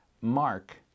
Mark